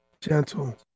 gentle